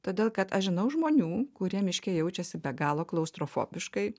todėl kad aš žinau žmonių kurie miške jaučiasi be galo klaustrofobiškai